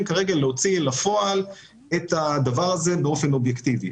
להוציא לפועל את הדבר הזה באופן אובייקטיבי.